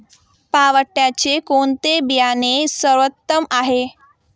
पावट्याचे कोणते बियाणे सर्वोत्तम आहे?